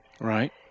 Right